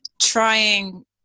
trying